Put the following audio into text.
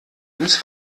ins